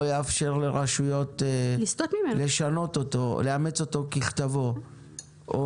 יאפשר לרשויות לשנות אותו אלא רק לאמץ אותו ככתבו אז